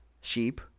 sheep